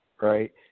right